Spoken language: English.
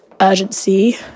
urgency